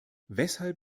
weshalb